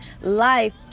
life